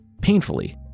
painfully